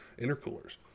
intercoolers